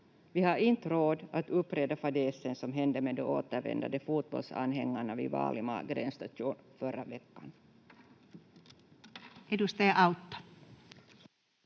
Vi har inte råd att upprepa fadäsen som hände med de återvändande fotbollsanhängarna vid Vaalimaa gränsstation förra veckan.